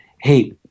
hey